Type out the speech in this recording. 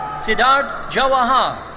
siddarth jawahar.